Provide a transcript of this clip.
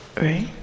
right